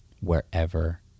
wherever